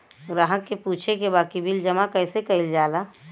ग्राहक के पूछे के बा की बिल जमा कैसे कईल जाला?